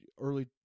early